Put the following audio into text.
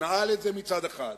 נעל את זה מצד אחד.